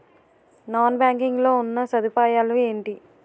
Non banking లో ఉన్నా సదుపాయాలు ఎంటి?